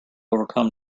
overcome